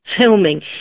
filming